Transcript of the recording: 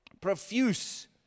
Profuse